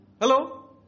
Hello